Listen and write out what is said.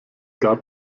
gab